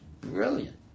brilliant